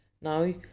Now